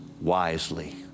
wisely